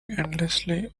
endlessly